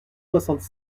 soixante